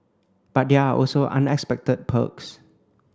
but there are also unexpected perks